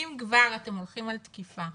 אם כבר אתם הולכים על תקיפה,